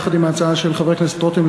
יחד עם ההצעה של חבר הכנסת רותם,